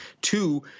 Two